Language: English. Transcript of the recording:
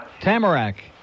Tamarack